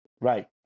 Right